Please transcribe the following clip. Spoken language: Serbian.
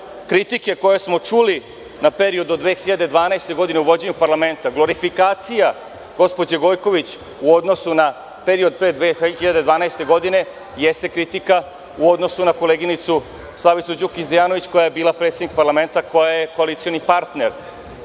kritike koje smo čuli na period do 2012. godine u vođenju parlamenta, glorifikacija gospođe Gojković u odnosu na period pre 2012. godine jeste kritika u odnosu na koleginicu Slavicu Đukić Dejanović koja je bila predsednik parlamenta, a koja je koalicioni partner